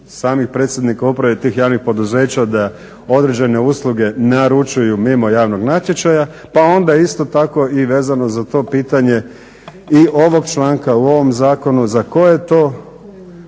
sami predsjednik uprave tih javnih poduzeća da određene usluge naručuju mimo javnog natječaja pa onda isto tako vezano za to pitanje i ovog članka u ovom zakonu za koje to